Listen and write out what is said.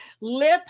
Lip